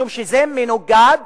משום שזה מנוגד